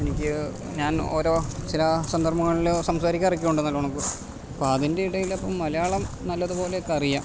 എനിക്ക് ഞാൻ ഓരോ ചില സന്ദര്ഭങ്ങളില് സംസാരിക്കാറൊക്കെയുണ്ട് നല്ലവണ്ണം അപ്പ അതിൻ്റെ ഇടയിലപ്പോള് മലയാളം നല്ലതുപോലെയൊക്കെ അറിയാം